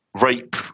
rape